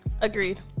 Agreed